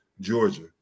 Georgia